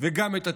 וגם את התקוות.